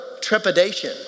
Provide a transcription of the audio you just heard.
trepidation